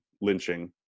lynching